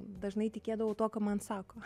dažnai tikėdavau tuo ką man sako